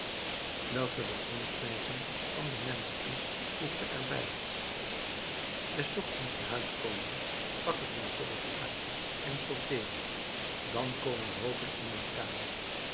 welke de grondneiging van den mensch is voegde er bij des ochtends te huis komende pak ik mijn korf uit en sorteer dan komen hoopen in mijn kamer